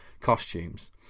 costumes